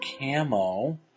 camo